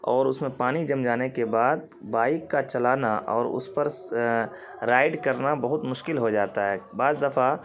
اور اس میں پانی جم جانے کے بعد بائک کا چلانا اور اس پر رائڈ کرنا بہت مشکل ہو جاتا ہے بعض دفعہ